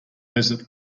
desert